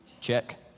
check